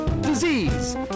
disease